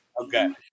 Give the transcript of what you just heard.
Okay